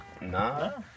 Nah